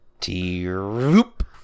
T-roop